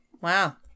Wow